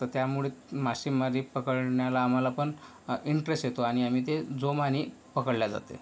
तर त्यामुळे मासेमारी पकडण्याला आम्हाला पण इंट्रेस्ट येतो आणि आम्ही ते जोमाने पकडले जाते